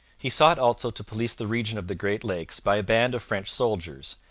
he sought also to police the region of the great lakes by a band of french soldiers,